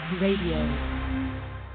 radio